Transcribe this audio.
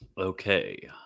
okay